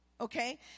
okay